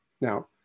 Now